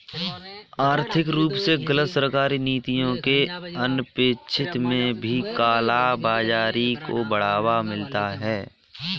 आर्थिक रूप से गलत सरकारी नीतियों के अनपेक्षित में भी काला बाजारी को बढ़ावा मिलता है